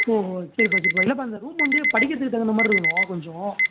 ஓஹோ சரிப்பா சரிப்பா இல்லைப்பா இந்த ரூம் வந்து படிக்கிறதுக்குத் தகுந்த மாதிரி இருக்கணும் கொஞ்சம்